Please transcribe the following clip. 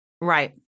Right